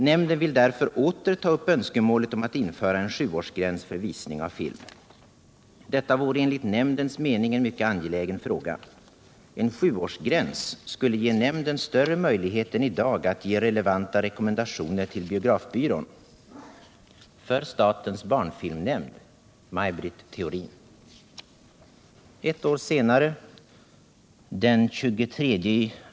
Nämnden vill därför åter ta upp önskemålet om att införa en sjuårsgräns för visning av film. Detta vore enligt nämndens mening en mycket angelägen fråga. En sjuårsgräns skulle ge nämnden större möjlighet än idag att ge relevanta rekommendationer till biografbyrån.